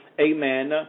amen